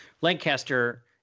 Lancaster